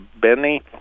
Benny